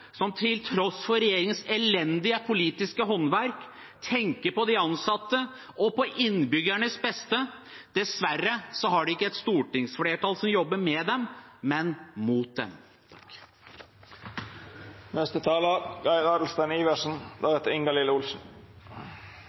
som til tross for regjeringens elendige politiske håndverk, tenker på de ansatte og på innbyggernes beste. Dessverre har de et stortingsflertall som ikke jobber med dem, men mot